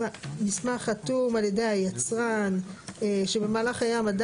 אני רוצה להזכיר שמשרד החקלאות כשהוא